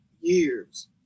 years